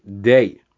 day